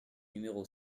numéro